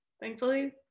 thankfully